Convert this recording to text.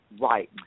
Right